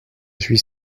suis